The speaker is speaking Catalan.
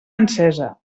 encesa